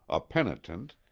a penitent,